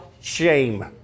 shame